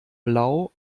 blau